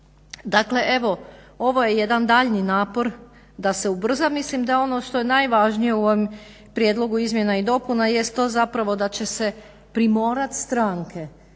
Dakle evo, ovo je jedan daljnji napor da se ubrza. Mislim da ono što je najvažnije u ovom prijedlogu izmjena i dopunama jest to zapravo da će se primorat stranke